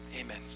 Amen